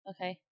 Okay